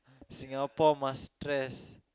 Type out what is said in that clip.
Singapore must stress